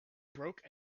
broke